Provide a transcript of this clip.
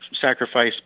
sacrifice